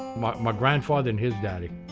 my my grandfather and his daddy,